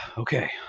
okay